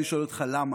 אני שואל אותך למה.